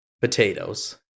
potatoes